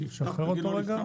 תודה.